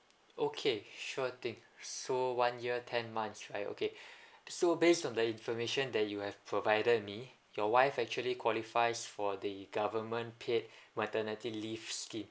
okay sure thing so one year ten months right okay so based on the information that you have provided me your wife actually qualifies for the government paid maternity leave scheme